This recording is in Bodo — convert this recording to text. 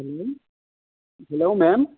हेलौ मेम